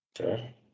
Okay